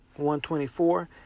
124